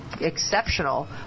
exceptional